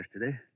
yesterday